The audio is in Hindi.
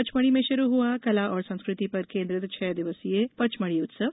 पचमढ़ी में शुरू हुआ कला और संस्कृति पर केन्द्रित छह दिवसीय पचमढ़ी उत्सव